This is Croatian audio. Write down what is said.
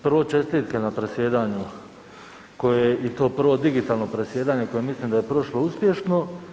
Prvo čestitke na predsjedanju koje i to prvo digitalno predsjedanje koje mislim da je prošlo uspješno.